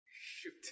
Shoot